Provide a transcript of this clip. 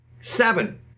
Seven